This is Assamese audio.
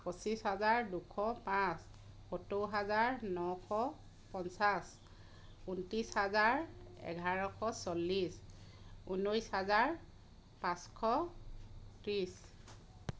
পঁচিছ হাজাৰ দুশ পাঁচ সত্তৰ হাজাৰ নশ পঞ্চাছ ঊনত্ৰিছ হাজাৰ এঘাৰশ চল্লিছ ঊনৈছ হাজাৰ পাঁচশ ত্ৰিছ